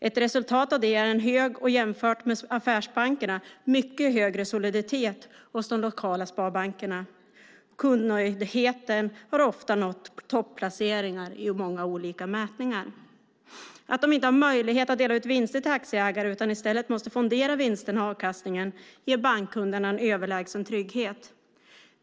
Ett resultat av detta är en hög, jämfört med affärsbankerna mycket högre, soliditet hos de lokala sparbankerna. Kundnöjdheten har ofta nått topplaceringar i många olika mätningar. Att dessa banker inte har möjlighet att dela ut vinster till aktieägare utan i stället måste fondera vinsterna och avkastningen ger bankkunderna en överlägsen trygghet.